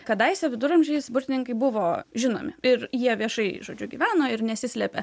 kadaise viduramžiais burtininkai buvo žinomi ir jie viešai žodžiu gyveno ir nesislėpė